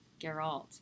Geralt